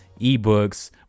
ebooks